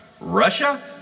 Russia